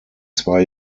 zwei